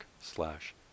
slash